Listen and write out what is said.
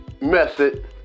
method